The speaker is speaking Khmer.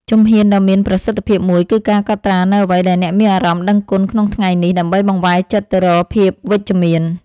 ជំហានដ៏មានប្រសិទ្ធភាពមួយគឺការកត់ត្រានូវអ្វីដែលអ្នកមានអារម្មណ៍ដឹងគុណក្នុងថ្ងៃនេះ ដើម្បីបង្វែរចិត្តទៅរកភាពវិជ្ជមាន។